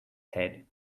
head